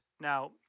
Now